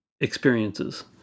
experiences